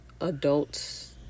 adults